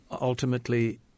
ultimately